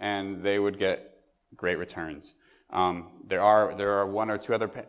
and they would get great returns there are there are one or two other p